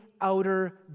outer